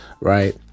right